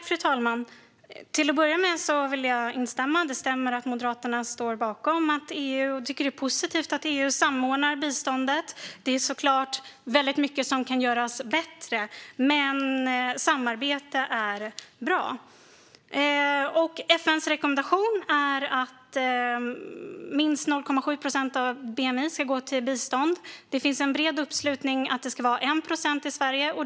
Fru talman! Till att börja med vill jag instämma i att Moderaterna står bakom och tycker att det är positivt att EU samordnar biståndet. Det är såklart väldigt mycket som kan göras bättre, men samarbetet är bra. FN:s rekommendation är att minst 0,7 procent av bni ska gå till bistånd. Det finns en bred uppslutning kring att det ska vara 1 procent i Sverige.